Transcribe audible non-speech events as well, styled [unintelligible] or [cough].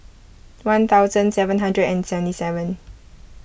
one thousand seven hundred and seven [unintelligible]